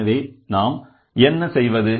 எனவே நாம் என்ன செய்வது